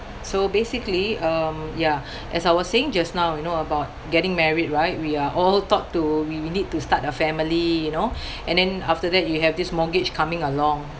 so basically um ya as I was saying just now you know about getting married right we are all taught to we we need to start a family you know and then after that you have this mortgage coming along